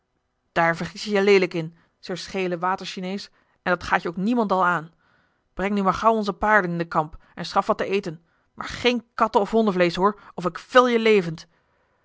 vergis je je leelijk in sir scheele water chinees en dat gaat je ook niemendal aan breng nu maar gauw onze paarden in den kamp en schaf wat te eten maar geen katten of hondenvleesch hoor of ik vil je levend